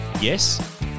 Yes